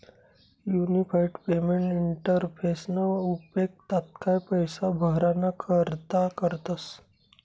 unified payment इंटरफेसना उपेग तात्काय पैसा भराणा करता करतस